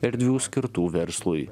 erdvių skirtų verslui